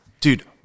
Dude